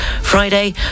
Friday